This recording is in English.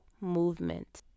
movement